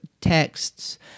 texts